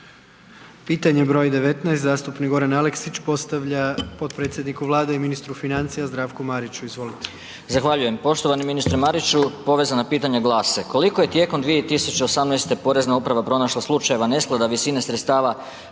Pitanje broj 19, zastupnik Goran Aleksić postavlja potpredsjedniku Vlade i ministru financija Zdravku Mariću, izvolite. **Aleksić, Goran (SNAGA)** Zahvaljujem. Poštovani ministre Mariću, povezana pitanje glase, koliko je tijekom 2018. Porezna uprava pronašla slučajeva nesklada visine sredstava